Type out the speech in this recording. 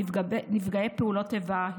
נפגעי פעולות איבה,